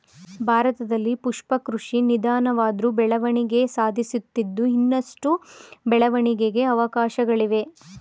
ಭಾರತದಲ್ಲಿ ಪುಷ್ಪ ಕೃಷಿ ನಿಧಾನವಾದ್ರು ಬೆಳವಣಿಗೆ ಸಾಧಿಸುತ್ತಿದ್ದು ಇನ್ನಷ್ಟು ಬೆಳವಣಿಗೆಗೆ ಅವಕಾಶ್ಗಳಿವೆ